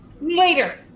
Later